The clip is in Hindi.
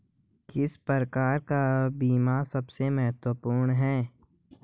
किस प्रकार का बीमा सबसे महत्वपूर्ण है?